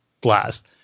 blast